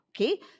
Okay